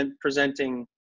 presenting